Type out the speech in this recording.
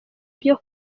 byo